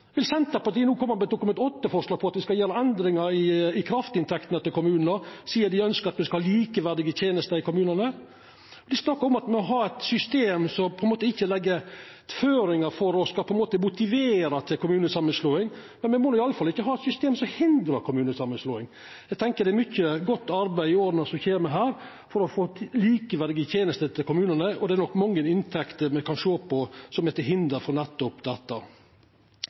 Vil Senterpartiet no koma med eit Dokument 8-forslag om at me skal gjera endringar i kraftinntektene til kommunane, sidan dei ønskjer at me skal ha likeverdige tenester i kommunane? Det er snakk om at me må ha eit system som ikkje legg føringar for og skal motivera til kommunesamanslåing, men me må i alle fall ikkje ha eit system som hindrar kommunesamanslåing. Eg tenkjer det er mykje godt arbeid som skal gjerast i åra som kjem, for å få til likeverdige tenester i kommunane, og det er nok mange inntekter me kan sjå på, som er til hinder for nettopp